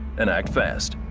and act fast.